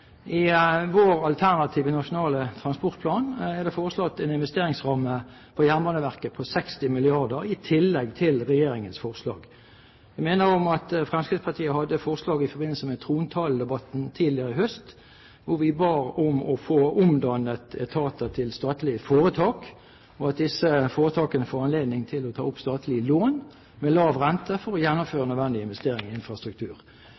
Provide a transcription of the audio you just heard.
I vår alternative nasjonale transportplan er det foreslått en investeringsramme for Jernbaneverket på 60 mrd. kr i tillegg til regjeringens forslag. Jeg minner om at Fremskrittspartiet hadde et forslag i forbindelse med trontaledebatten tidligere i høst der vi ba om å få omdannet etater til statlige foretak, og at disse foretakene fikk anledning til å ta opp statlige lån med lav rente for å gjennomføre nødvendige investeringer i infrastruktur.